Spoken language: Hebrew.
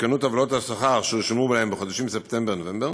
עודכנו טבלאות השכר ששולם להם בחודשים ספטמבר נובמבר,